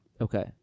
Okay